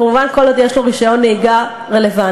כמובן כל עוד יש לו רישיון נהיגה רלוונטי.